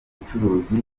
bucuruzi